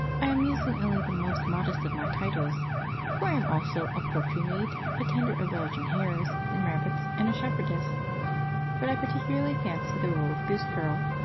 i am using only the most modest of my titles for i am also a poultry-maid, a tender of belgian hares and rabbits, and a shepherdess but i particularly fancy the role of goose girl,